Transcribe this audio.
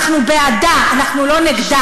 אנחנו בעדה, אנחנו לא נגדה.